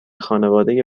خانواده